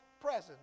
presence